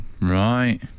Right